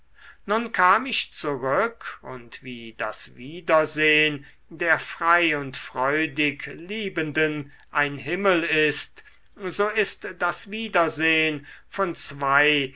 nun kam ich zurück und wie das wiedersehn der frei und freudig liebenden ein himmel ist so ist das wiedersehn von zwei